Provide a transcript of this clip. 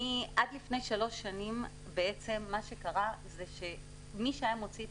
עד לפני שלוש שנים מי שהיה מוציא את